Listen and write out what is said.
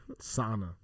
sauna